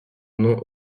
nom